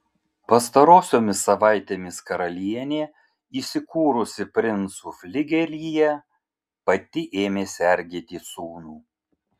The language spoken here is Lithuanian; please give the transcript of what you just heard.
pastarosiomis savaitėmis karalienė įsikūrusi princų fligelyje pati ėmė sergėti sūnų